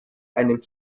einem